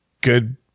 good